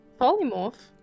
polymorph